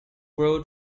road